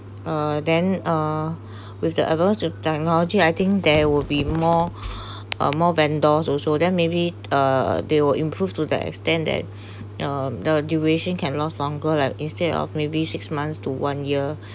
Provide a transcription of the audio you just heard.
uh then uh with the advance of technology I think there will be more uh more vendors also then maybe uh they will improve to the extent that um the duration can last longer like instead of maybe six months to one year